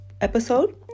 episode